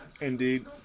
Indeed